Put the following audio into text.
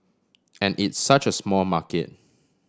and it's such a small market